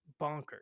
bonkers